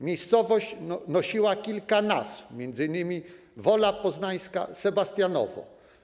Miejscowość nosiła kilka nazw, m.in. Wola Poznańska, Sebastianowo.